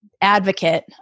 advocate